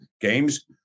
games